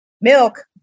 Milk